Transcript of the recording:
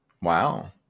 Wow